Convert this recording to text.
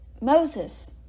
Moses